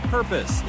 Purpose